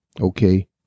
okay